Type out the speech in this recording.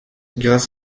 grâce